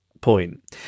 point